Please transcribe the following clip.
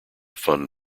fund